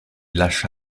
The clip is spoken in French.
lâcha